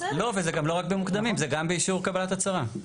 זה גם לא רק במוקדמים, זה גם באישור קבלת הצהרה.